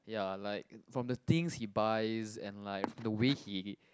ya like from the things he buys and like the way he